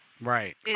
Right